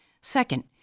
Second